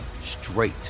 straight